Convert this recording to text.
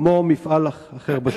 כמו למפעל אחר בשוק.